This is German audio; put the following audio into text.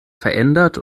verändert